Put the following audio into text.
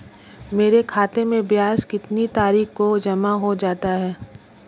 मेरे खाते में ब्याज कितनी तारीख को जमा हो जाता है?